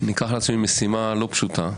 אני אקח לעצמי משימה לא פשוטה,